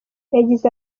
yagize